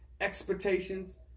expectations